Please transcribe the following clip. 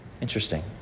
Interesting